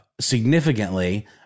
significantly